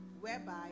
whereby